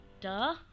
Duh